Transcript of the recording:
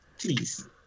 please